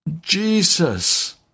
Jesus